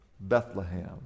Bethlehem